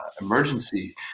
emergency